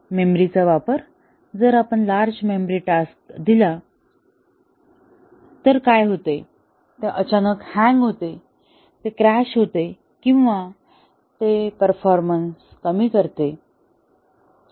मेमरीचा वापर जर आपण लार्ज मेमरी टास्क दिला तर काय होते ते अचानक हँग होते ते क्रॅश होते किंवा ते परफॉर्मन्स कमी करते